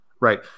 right